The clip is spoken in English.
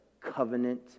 covenant